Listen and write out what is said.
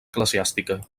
eclesiàstica